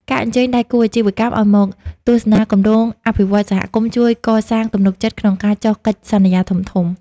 ការអញ្ជើញដៃគូអាជីវកម្មឱ្យមកទស្សនាគម្រោងអភិវឌ្ឍន៍សហគមន៍ ជួយកសាងទំនុកចិត្តក្នុងការចុះកិច្ចសន្យាធំៗ។